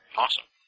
Awesome